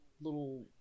little